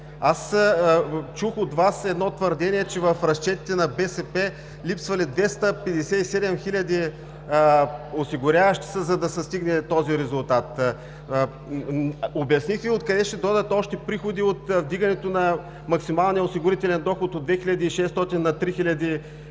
Чух от Вас едно твърдение, че в разчетите на БСП липсвали 257 хиляди осигуряващи се, за да се стигне този резултат. Обясних Ви откъде ще дойдат още приходи – от вдигането на максималния осигурителен доход от 2600 на 3300